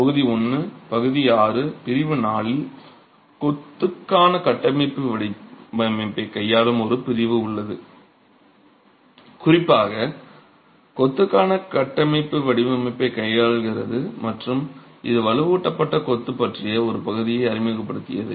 தொகுதி 1 பகுதி 6 பிரிவு 4 இல் கொத்துக்கான கட்டமைப்பு வடிவமைப்பைக் கையாளும் ஒரு பிரிவு உள்ளது குறிப்பாக கொத்துக்கான கட்டமைப்பு வடிவமைப்பைக் கையாள்கிறது மற்றும் இது வலுவூட்டப்பட்ட கொத்து பற்றிய ஒரு பகுதியை அறிமுகப்படுத்தியது